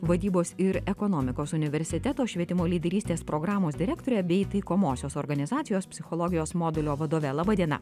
vadybos ir ekonomikos universiteto švietimo lyderystės programos direktore bei taikomosios organizacijos psichologijos modulio vadovė laba diena